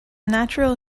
natural